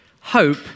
hope